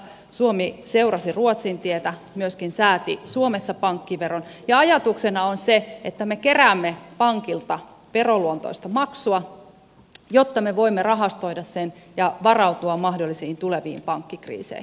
suomi seurasi ruotsin tietä myöskin sääti suomessa pankkiveron ja ajatuksena on se että me keräämme pankilta veroluonteista maksua jotta me voimme rahastoida sen ja varautua mahdollisiin tuleviin pankkikriiseihin